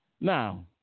Now